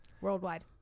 worldwide